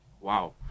wow